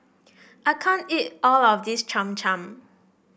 I can't eat all of this Cham Cham